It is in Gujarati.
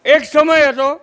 એક સમય હતો